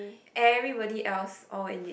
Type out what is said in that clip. everybody else all in J